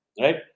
right